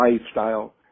lifestyle